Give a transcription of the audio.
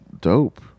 dope